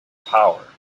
power